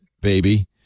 baby